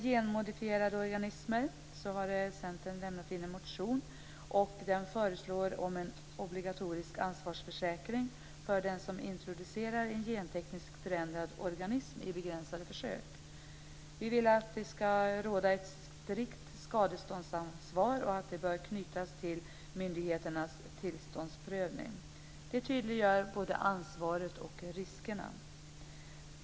Centern har lämnat in en motion som föreslår en obligatorisk ansvarsförsäkring för den som introducerar en gentekniskt förändrad organism i begränsade försök. Vi vill att det ska råda ett strikt skadeståndsansvar. Det bör knytas till myndigheternas tillståndsprövning. Det skulle tydliggöra både ansvaret och riskerna.